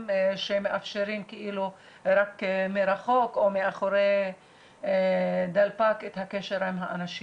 שמאפשרים רק מרחוק או מאחורי דלפק את הקשר עם האנשים.